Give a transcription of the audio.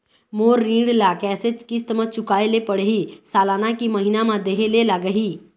मोर ऋण ला कैसे किस्त म चुकाए ले पढ़िही, सालाना की महीना मा देहे ले लागही?